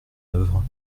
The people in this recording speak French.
œuvre